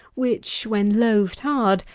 which, when loaved hard,